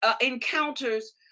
encounters